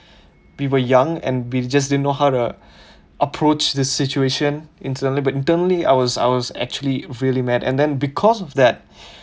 we were young and we just didn't know how to approach the situation internally but internally I was I was actually really mad and then because of that